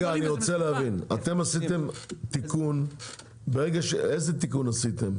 אני רוצה להבין, איזה תיקון עשיתם?